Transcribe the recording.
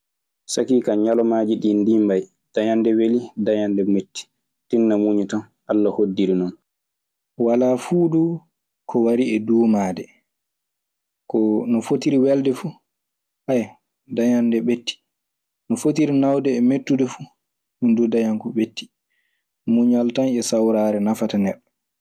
Sakiike an ñalawmaaji ɗii nii mbayi dañan nde weli dañan nde metti tinna muñu tan Alla hoddiri non. Walaa fuu du ko wari e duumaade. Nofotiri welde fuu. dañan nde metti. No fotiri naawde e mettude fuu, ɗun duu dañan ko ɓettii. Muñal tan e sawraare nafata neɗɗo."